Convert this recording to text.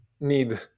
need